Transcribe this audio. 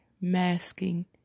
masking